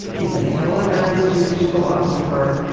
he's a hellenised jewish philosopher,